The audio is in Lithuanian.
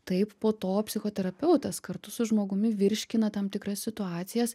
taip po to psichoterapeutas kartu su žmogumi virškina tam tikras situacijas